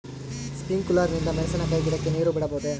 Sprinkler ನಿಂದ ಮೆಣಸಿನಕಾಯಿ ಗಿಡಕ್ಕೆ ನೇರು ಬಿಡಬಹುದೆ?